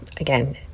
again